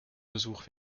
besuch